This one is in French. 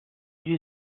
lui